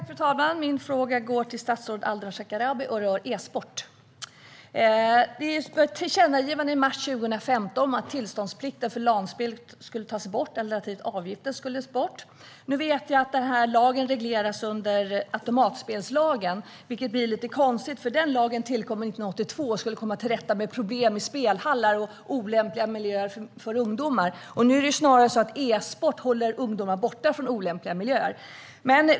Fru talman! Min fråga går till statsrådet Ardalan Shekarabi och rör esport. Det kom ett tillkännagivande i mars 2015 om att tillståndsplikten eller avgiften för LAN-spel skulle tas bort. Detta regleras under automatspelslagen, vilket blir lite konstigt eftersom den lagen tillkom 1982 och skulle komma till rätta med problem i spelhallar och miljöer som är olämpliga för ungdomar. Nu är det snarare så att e-sport håller ungdomar borta från olämpliga miljöer.